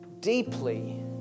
Deeply